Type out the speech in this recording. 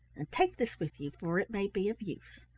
and take this with you, for it may be of use.